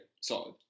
solid